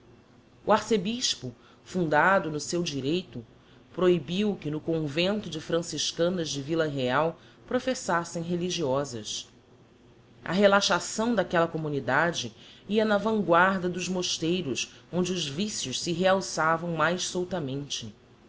o arcebispo fundado no seu direito prohibiu que no convento de franciscanas de villa real professassem religiosas a relaxação d'aquella communidade ia na vanguarda dos mosteiros onde os vicios se rehalçavam mais